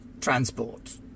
transport